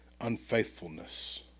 unfaithfulness